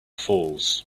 falls